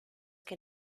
que